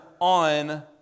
on